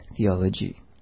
theology